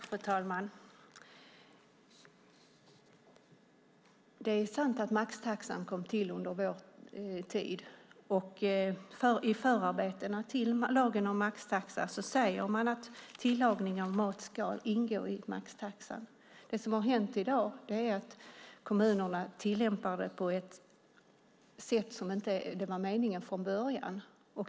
Fru talman! Det är sant att maxtaxan inrättades under vår tid. I förarbetena till lagen om maxtaxa framgår att tillagning av mat ska ingå i maxtaxan. Det som har hänt i dag är att kommunerna tillämpar maxtaxan på ett sätt som det inte var meningen från början.